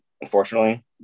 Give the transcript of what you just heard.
unfortunately